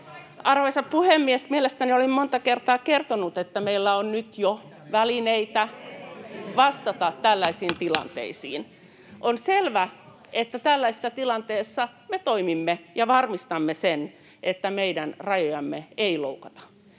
Arvoisa puhemies! Mielestäni olen monta kertaa kertonut, että meillä on jo nyt välineitä vastata tällaisiin tilanteisiin. [Eduskunnasta: Ei ole, ministeri, ei ole!] On selvä, että tällaisessa tilanteessa me toimimme ja varmistamme sen, että meidän rajojamme ei loukata.